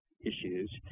issues